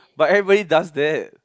but everybody does that